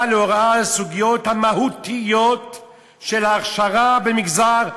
להוראת הסוגיות המהותיות של ההכשרה במגזר החרדי,